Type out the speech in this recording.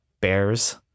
bears